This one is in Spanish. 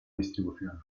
distribución